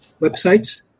websites